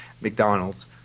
McDonald's